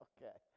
Okay